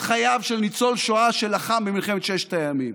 חייו של ניצול שואה שלחם במלחמת ששת הימים.